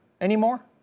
anymore